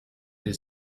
his